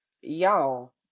y'all